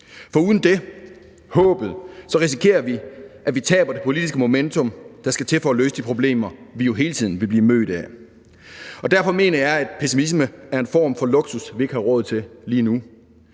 For uden det – håbet – risikerer vi, at vi taber det politiske momentum, der skal til for at løse de problemer, vi jo hele tiden vil blive mødt af. Og derfor mener jeg, at pessimisme er en form for luksus, vi ikke har råd til lige nu.